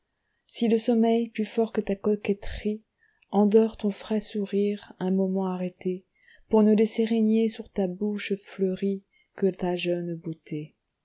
si le sommeil plus fort que ta coquetterie endort ton frais sourire un moment arrêté pour ne laisser régner sur ta bouche fleurie que ta jeune beauté